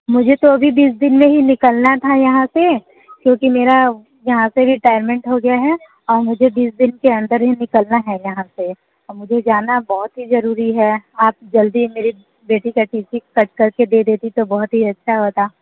मुझे तो अभी बीस दिन में ही निकलना था यहाँ से क्योंकि मेरा यहाँ से रिटायरमेंट हो गया है और मुझे बीस दिन के अंदर ही निकलना है यहाँ से और मुझे जाना बहुत ही ज़रूरी है आप जल्द ही मेरी बेटी का टी सी कट करके दे देतीं तो बहुत ही अच्छा होता